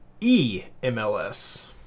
E-MLS